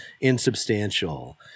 insubstantial